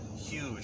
huge